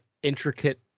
intricate